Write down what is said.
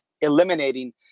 eliminating